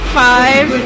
five